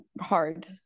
hard